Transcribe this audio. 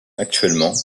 actuellement